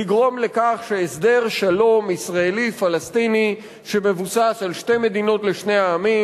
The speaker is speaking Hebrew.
לגרום לכך שהסדר שלום ישראלי-פלסטיני שמבוסס על שתי מדינות לשני עמים,